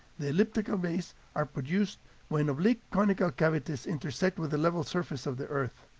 the elliptical bays are produced when oblique conical cavities intersect with the level surface of the earth.